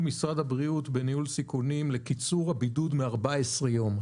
משרד הבריאות בניהול סיכונים לקיצור הבידוד מ-14 יום.